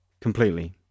completely